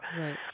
Right